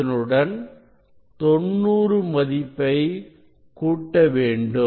இதனுடன் 90 மதிப்பை கூட்ட வேண்டும்